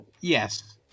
Yes